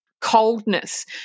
coldness